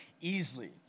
easily